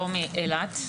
לא מאילת,